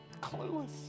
clueless